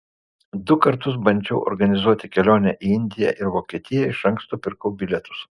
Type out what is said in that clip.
du kartus bandžiau organizuoti kelionę į indiją ir vokietiją iš anksto pirkau bilietus